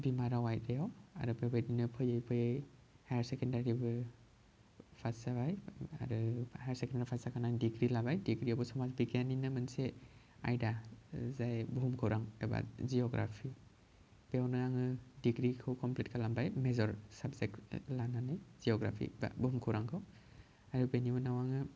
बिमा राव आयदायाव आरो बेबायदिनो फैयै फैयै हायार सेकेन्दारिबो पास जाबाय आरो हायारसेकेन्दारि पास जाखांनानै दिग्री लाबाय दिग्रीआवबो समाज बिग्याननिनो मोनसे आयदा जाय बुहुम खौरां एबा जिअग्राफि बेयावनो आङो दिग्रीखौ कमप्लिट खालामबाय मेजर साबजेक्ट लानानै जिअग्राफि बा बुहुम खौरांखौ आरो बेनि उनाव आङो